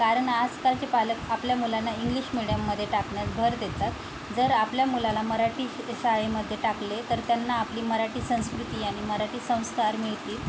कारण आजकालचे पालक आपल्या मुलांना इंग्लिश मिडीयममध्ये टाकण्यात भर देतात जर आपल्या मुलाला मराठी श शाळेमध्ये टाकले तर त्यांना आपली मराठी संस्कृती आणि मराठी संस्कार मिळतील